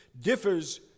differs